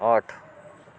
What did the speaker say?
आठ